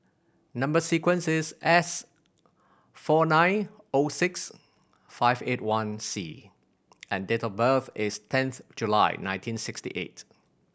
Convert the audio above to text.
number sequence is S four nine O six five eight one C and date of birth is tenth July nineteen sixty eight